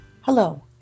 Hello